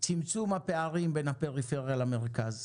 צמצום הפערים בין הפריפריה למרכז.